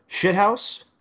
shithouse